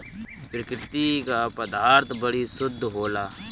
प्रकृति क पदार्थ बड़ी शुद्ध होला